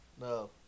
No